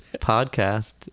podcast